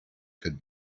could